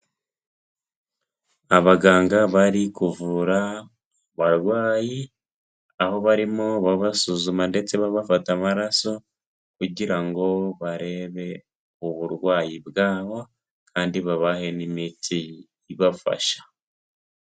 Abaganga bari kuvura abarwayi, aho barimo babasuzuma ndetse babafata amaraso, kugira ngo barebe uburwayi bwabo, kandi babahe n'imiti ibafasha.